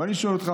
ואני שואל אותך,